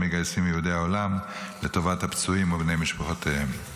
מגייסים מיהודי העולם לטובת הפצועים ובני משפחותיהם.